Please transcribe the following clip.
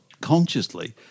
consciously